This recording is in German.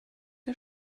der